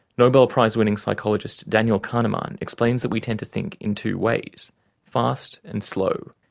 nobel-prize winning psychologist daniel kahneman explains that we tend to think in two ways fast, and slow.